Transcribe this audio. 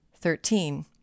thirteen